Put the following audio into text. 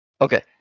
Okay